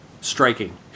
striking